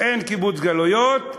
אין קיבוץ גלויות,